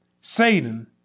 Satan